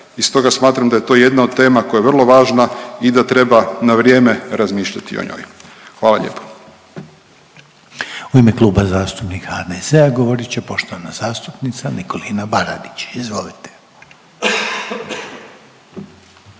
i stoga smatram da je to jedna od tema koja je vrlo važna i da treba na vrijeme razmišljati o njoj. Hvala lijepo. **Reiner, Željko (HDZ)** U ime Kluba zastupnika HDZ-a govorit će poštovana zastupnica Nikolina Baradić. Izvolite.